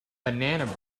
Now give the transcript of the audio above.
banana